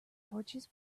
torches